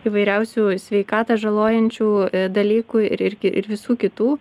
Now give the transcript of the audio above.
įvairiausių sveikatą žalojančių dalykų ir irgi ir visų kitų